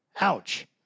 Ouch